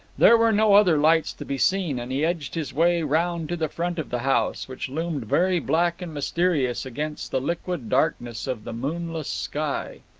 there were no other lights to be seen, and he edged his way round to the front of the house, which loomed very black and mysterious against the liquid darkness of the moonless sky.